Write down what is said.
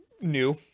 new